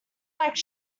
like